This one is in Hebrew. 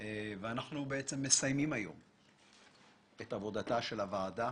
- אנחנו מסיימים את עבודתה של הוועדה.